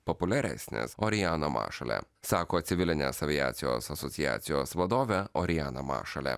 populiaresnis orijano mašale sako civilinės aviacijos asociacijos vadovė orijana mašale